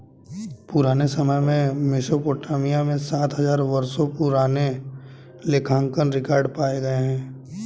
पुराने समय में मेसोपोटामिया में सात हजार वर्षों पुराने लेखांकन रिकॉर्ड पाए गए हैं